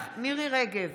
עוד מעט יהיה לך עוד סיבוב.